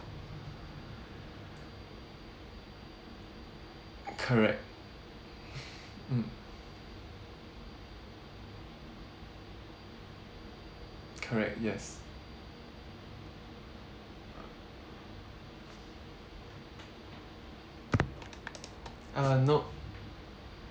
correct mm correct yes uh nope